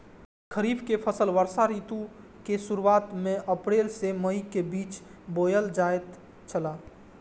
खरीफ के फसल वर्षा ऋतु के शुरुआत में अप्रैल से मई के बीच बौअल जायत छला